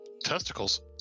Testicles